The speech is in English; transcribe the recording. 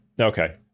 okay